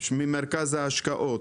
ממרכז ההשקעות.